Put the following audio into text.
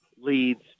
leads